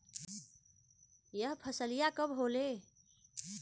यह फसलिया कब होले?